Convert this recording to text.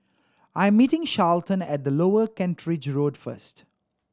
I am meeting Charlton at Lower Kent Ridge Road first